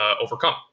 overcome